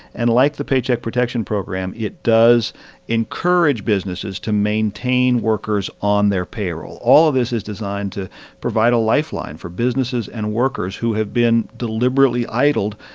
and like the paycheck protection program, it does encourage businesses to maintain workers on their payroll. all of this is designed to provide a lifeline for businesses and workers who have been deliberately idled,